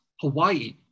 Hawaii